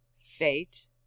Fate